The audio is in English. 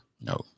No